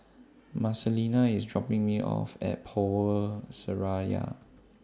Marcelina IS dropping Me off At Power Seraya